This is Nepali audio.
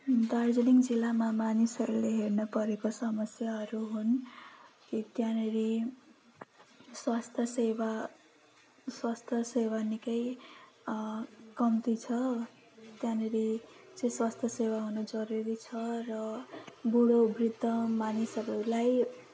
दार्जिलिङ जिल्लामा मानिसहरूले हेर्न परेको समस्याहरू हुन् त्याँनिरी स्वास्थ्य सेवा स्वास्थ्य सेवा निकै कम्ती छ त्याँनिरी चाहिँ स्वास्थ्य सेवा हुन जरुरी छ र बुढो वृद्ध मानिसहरूलाई